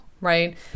right